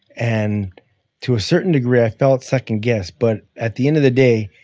and to a certain degree, i felt second-guessed. but at the end of the day,